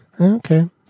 Okay